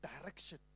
direction